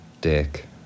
dick